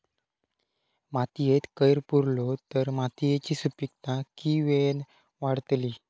मातयेत कैर पुरलो तर मातयेची सुपीकता की वेळेन वाडतली?